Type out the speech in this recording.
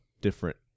different